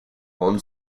golden